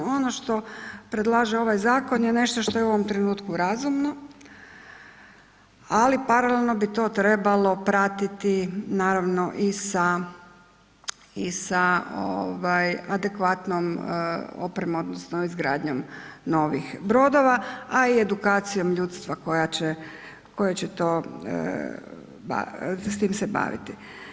Ono što predlaže ovaj zakon je nešto što je u ovom trenutku razumno, ali paralelno bi to trebalo pratiti naravno i sa i sa adekvatnom opremom odnosno izgradnjom novih brodova, a i edukacijom ljudstva koje će to, s tim se baviti.